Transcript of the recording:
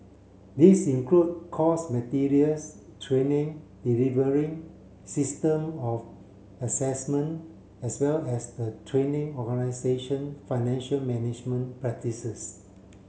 this include course materials training delivery system of assessment as well as the training organisation financial management practices